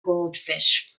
goldfish